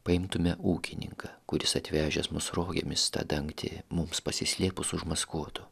paimtume ūkininką kuris atvežęs mus rogėmis tą dangtį mums pasislėpus užmaskuotų